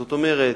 זאת אומרת,